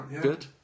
Good